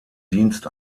dienst